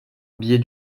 biais